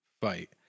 fight